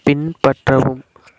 பின்பற்றவும்